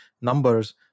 numbers